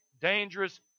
dangerous